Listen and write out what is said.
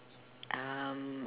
um